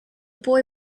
boy